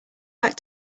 back